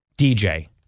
DJ